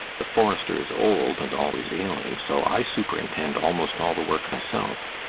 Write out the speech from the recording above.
the forester is old and always ailing, so i superintend almost all the work myself.